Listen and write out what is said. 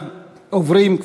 אנחנו עוברים,